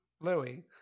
Louis